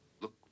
Look